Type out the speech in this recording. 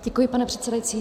Děkuji, pane předsedající.